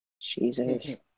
Jesus